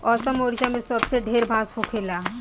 असम, ओडिसा मे सबसे ढेर बांस होखेला